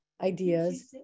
ideas